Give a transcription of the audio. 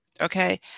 Okay